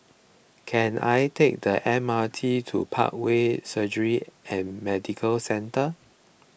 can I take the M R T to Parkway Surgery and Medical Centre